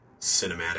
cinematic